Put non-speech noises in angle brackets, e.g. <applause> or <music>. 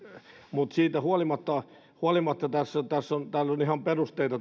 mutta siitä huolimatta huolimatta tälle esitykselle on kyllä ihan perusteita <unintelligible>